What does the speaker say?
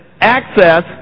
access